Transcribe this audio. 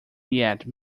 yet